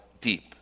deep